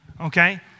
okay